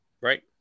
Right